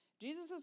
Jesus